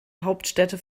hauptstädte